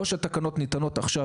או שהתקנות ניתנות עכשיו,